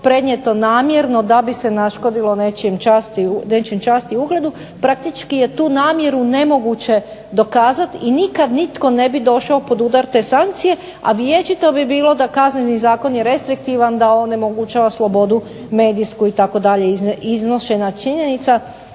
prenijeto namjerno da bi se naškodilo nečijoj časti i ugledu, praktički je tu namjeru nemoguće dokazati i nitko nikada ne bi došao pod udar te sankcije, a vječito bi bilo da kazneni zakon je restriktivan da on onemogućava slobodu medijsku itd. iznošenja činjenica